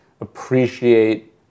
appreciate